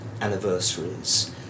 anniversaries